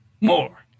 more